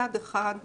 מצד אחד,